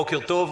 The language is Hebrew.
בוקר טוב.